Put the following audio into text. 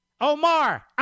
Omar